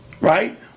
right